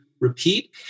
repeat